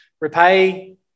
repay